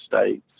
States